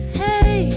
hey